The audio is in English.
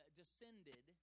descended